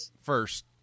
first